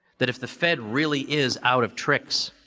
that if the fed really is out of tricks,